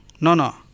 nono